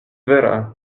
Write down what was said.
vera